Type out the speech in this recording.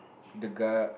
the guy